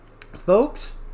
folks